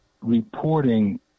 reporting